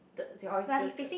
the the the